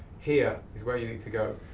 here is where you need to go,